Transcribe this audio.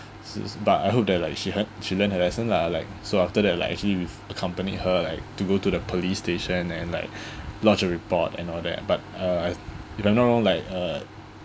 s~ but I hope that like she had she learnt her lesson lah like so after that like actually we accompany her like to go to the police station and like lodge a report and all that but uh I don't know like uh